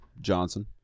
Johnson